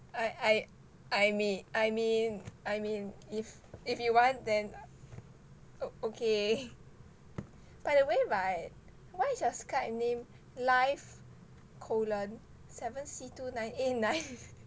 I I I me~ I mean I mean if if you want then oh okay by the way [right] why is your skype name life colon seven c two nine eight nine